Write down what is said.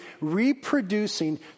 reproducing